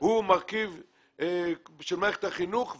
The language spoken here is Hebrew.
הוא מרכיב של מערכת החינוך.